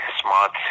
smart